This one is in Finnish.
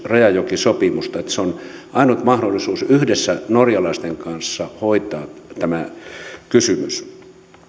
rajajokisopimusta eli se on ainut mahdollisuus yhdessä norjalaisten kanssa hoitaa tämä kysymys